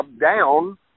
down